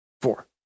four